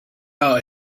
out